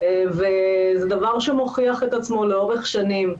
וזה דבר שמוכיח את עצמו לאורך שנים.